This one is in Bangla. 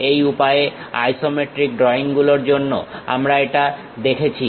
এই উপায়ে আইসোমেট্রিক ড্রইং গুলোর জন্য আমরা এটা দেখেছি